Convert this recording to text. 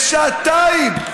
בשעתיים.